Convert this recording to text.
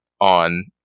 on